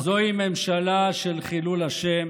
זוהי ממשלה של חילול השם.